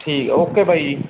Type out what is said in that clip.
ਠੀਕ ਆ ਓਕੇ ਬਾਈ ਜੀ